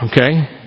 okay